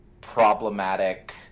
problematic